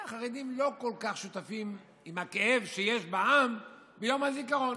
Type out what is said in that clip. החרדים לא כל כך שותפים לכאב שיש בעם ביום הזיכרון.